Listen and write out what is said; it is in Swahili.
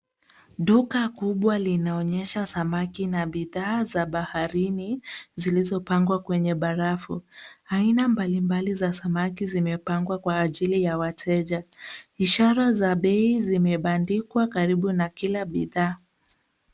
Duka kubwa linaonyesha samaki na bidhaa za baharini zilizopangwa kwenye barafu. Aina mbalimbali za samaki zimepangwa kwa ajili ya wateja. Ishara za bei zimebandikwa karibu na kila bidhaa.